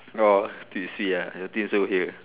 oh do you see uh your twin also here